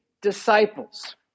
disciples